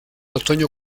otoño